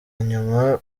nyuma